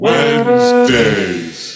Wednesdays